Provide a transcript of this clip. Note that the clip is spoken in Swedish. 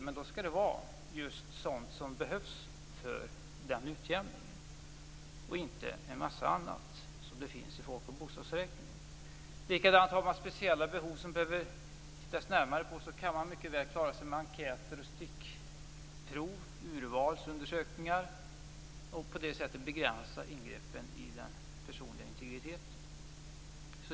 Men då skall det vara sådan information som behövs för utjämningen och inte en mängd annat, så som det finns i folk och bostadsräkningen. Likadant är det om det finns andra speciella behov som behöver ses över. Då går det att klara sig med enkäter, stickprov och urvalsundersökningar. På det sättet kan man begränsa ingreppen i den personliga integriteten.